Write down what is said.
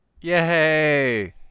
Yay